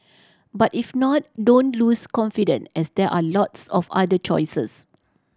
but if not don't lose confident as there are lots of other choices